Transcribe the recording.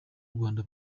rwanda